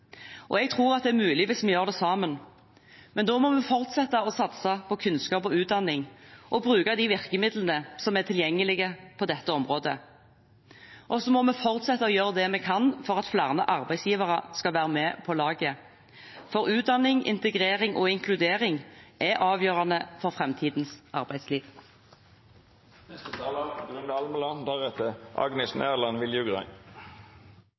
Jeg tror at det er mulig hvis vi gjør det sammen, men da må vi fortsette å satse på kunnskap og utdanning og bruke de virkemidlene som er tilgjengelige på dette området. Og vi må fortsette å gjøre det vi kan for at flere arbeidsgivere skal være med på laget, for utdanning, integrering og inkludering er avgjørende for